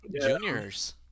juniors